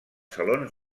salons